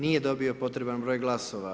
Nije dobio potreban broj glasova.